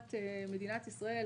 לעומת מדינת ישראל,